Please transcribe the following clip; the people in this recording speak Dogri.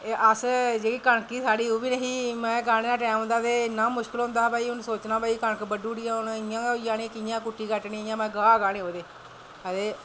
ते एह् अस ते जेह्की कनक ही साढ़ी ओह्बी नेईं ते गाह्ने दा टैम होंदा ते इन्ना मुश्कल होंदा ते सोचना भई हून कनक बड्ढी ओड़ी ऐ ते हून इंया होई जानी इंया कुट्टनी ते गाह् गाह्ने ओह्दे ते